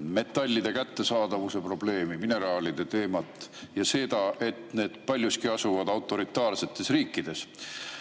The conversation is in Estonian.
metallide kättesaadavuse probleemi, mineraalide teemat ja seda, et need paljuski asuvad autoritaarsetes riikides.